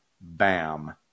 Bam